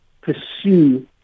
pursue